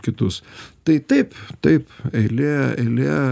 kitus tai taip taip eilė eilė